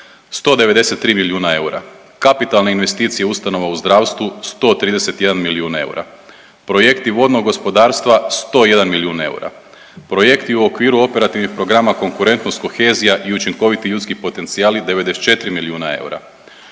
193 milijuna eura. Kapitalne investicije ustanova u zdravstvu 131 milijun eura, projekti vodnog gospodarstva 101 milijun eura, projekti u okviru operativnih programa konkurentnost, kohezija i učinkoviti ljudski potencijali 94 milijuna eura,